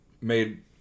made